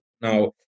now